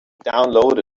downloaded